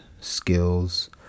skills